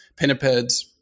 Pinnipeds